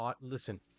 listen